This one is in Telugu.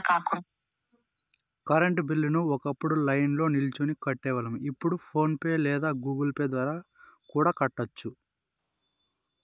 కరెంటు బిల్లుని ఒకప్పుడు లైన్ల్నో నిల్చొని కట్టేవాళ్ళం, ఇప్పుడు ఫోన్ పే లేదా గుగుల్ పే ద్వారా కూడా కట్టొచ్చు